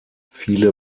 viele